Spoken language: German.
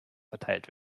verteilt